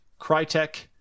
Crytek